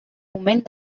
moment